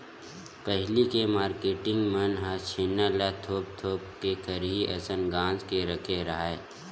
पहिली के मारकेटिंग मन ह छेना ल थोप थोप के खरही असन गांज के रखे राहय